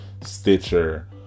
Stitcher